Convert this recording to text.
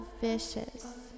vicious